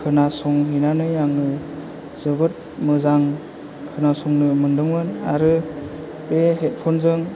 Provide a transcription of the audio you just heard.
खोनासंहैनानै आङो जोबोर मोजां खोनासंनो मोनदोंमोन आरो बे हेदफनजों